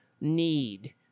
need